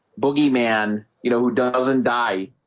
boogeyman, you know who doesn't die